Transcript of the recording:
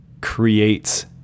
creates